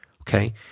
okay